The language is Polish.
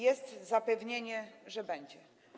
Jest zapewnienie, że to będzie.